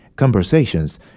Conversations